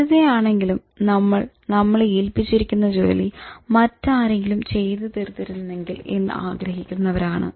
വെറുതെയാണെങ്കിലും നമ്മൾ നമ്മളെ ഏല്പിച്ചിരിക്കുന്നു ജോലി മറ്റാരെങ്കിലും ചെയ്തു തീർത്തിരുന്നെങ്കിൽ എന്ന് ആഗ്രഹിക്കുന്നവരാണ്